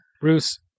Bruce